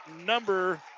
number